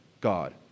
God